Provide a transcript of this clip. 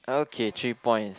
okay three points